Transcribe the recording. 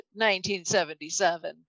1977